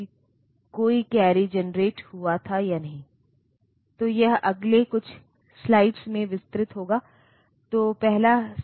तो इस तरह से आप कह सकते हैं कि यह 64 किलो बाइट मेमोरी है जो प्रोसेसर द्वारा संबोधित किया जा सकता है